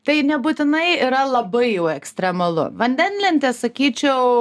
tai nebūtinai yra labai jau ekstremalu vandenlentė sakyčiau